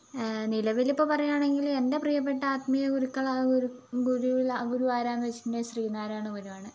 നിലവിൽ ഇപ്പം പറയുകയാണെങ്കിൽ എൻ്റെ പ്രിയപ്പെട്ട ആത്മീയ ഗുരുക്കളാണ് ഗുരു ആരാണെന്നു ചോദിച്ചിട്ടുണ്ടെങ്കിൽ ശ്രീ നാരായണ ഗുരു ആണ്